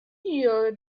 year